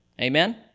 Amen